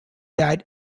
died